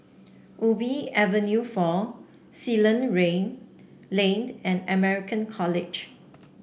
Ubi Avenue Four Ceylon Lane and American College